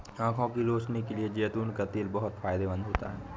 आंखों की रोशनी के लिए जैतून का तेल बहुत फायदेमंद होता है